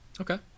okay